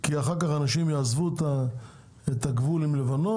כי אחר כך אנשים יעזבו את הגבול עם לבנון